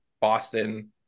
Boston